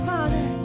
Father